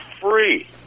free